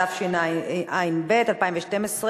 התשע"ב 2012,